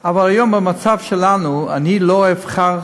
אבל היום, במצב שלנו, אני לא אבחר